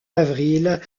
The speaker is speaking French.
avril